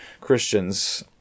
Christians